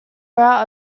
out